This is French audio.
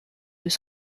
deux